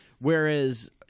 whereas